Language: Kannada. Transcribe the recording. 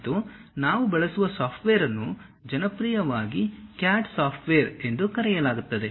ಮತ್ತು ನಾವು ಬಳಸುವ ಸಾಫ್ಟ್ವೇರ್ ಅನ್ನು ಜನಪ್ರಿಯವಾಗಿ CAD ಸಾಫ್ಟ್ವೇರ್ ಎಂದು ಕರೆಯಲಾಗುತ್ತದೆ